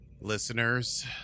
listeners